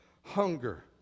Hunger